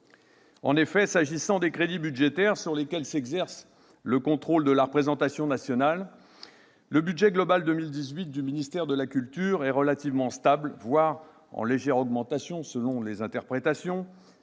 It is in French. En effet, s'agissant des crédits budgétaires sur lesquels s'exerce le contrôle de la représentation nationale, le budget global pour 2018 du ministère de la culture est relativement stable, voire en légère augmentation- selon les interprétations